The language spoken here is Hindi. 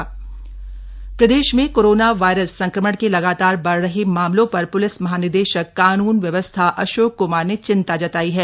प्रलिस महानिदेशक प्रदेश में कोरोना वायरस संक्रमण के लगातार बढ़ रहे मामलों पर प्लिस महानिदेशक कानून व्यवस्था अशोक क्मार ने चिंता जताई है